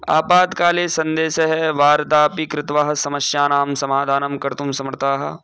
आपत्काले सन्देशः वार्ताः अपि कृत्वा समस्यानां समाधानं कर्तुं समर्थाः